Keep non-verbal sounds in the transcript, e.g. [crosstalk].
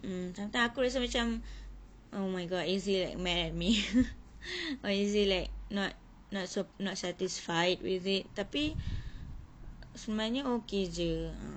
mm sometimes aku rasa macam oh my god is he like mad at me [laughs] or is he like not not so not satisfied with it tapi sebenarnya okay jer